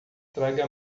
traga